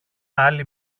άλλη